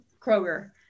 Kroger